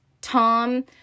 Tom